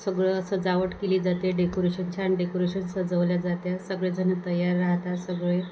सगळं असं सजावट केली जाते डेकोरेशन छान डेकोरेशन सजवले जाते सगळेजणं तयार राहतात सगळे